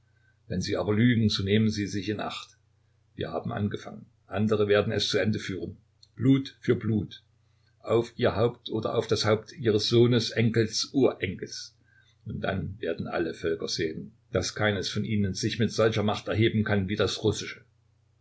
wenn sie aber lügen so nehmen sie sich in acht wir haben angefangen andere werden es zu ende führen blut für blut auf ihr haupt oder auf das haupt ihres sohnes enkels urenkels und dann werden alle völker sehen daß keines von ihnen sich mit solcher macht erheben kann wie das russische